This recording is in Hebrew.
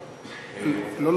לא.